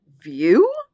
view